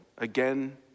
again